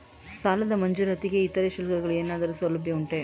ಸಾಲದ ಮಂಜೂರಾತಿಗೆ ಇತರೆ ಶುಲ್ಕಗಳ ಏನಾದರೂ ಸೌಲಭ್ಯ ಉಂಟೆ?